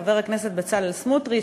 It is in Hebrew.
חבר הכנסת בצלאל סמוטריץ,